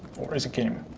or is a game?